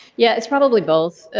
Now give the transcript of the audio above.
yeah. it's probably both.